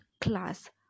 class